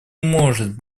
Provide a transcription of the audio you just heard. может